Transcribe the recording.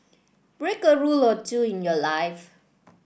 break a rule or two in your life